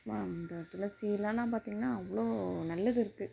சும்மா இந்த துளசிலலாம் பார்த்தீங்கன்னா அவ்வளோ நல்லது இருக்குது